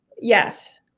Yes